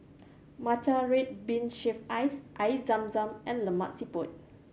matcha red bean shaved ice Air Zam Zam and Lemak Siput